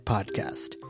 Podcast